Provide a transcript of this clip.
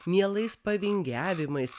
mielais pavingiavimais